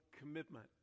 Commitment